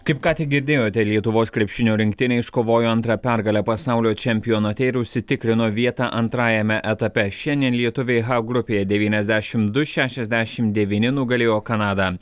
kaip ką tik girdėjote lietuvos krepšinio rinktinė iškovojo antrą pergalę pasaulio čempionate ir užsitikrino vietą antrajame etape šiandien lietuviai h grupėje devyniasdešimt du šešiasdešimt devyni nugalėjo kanadą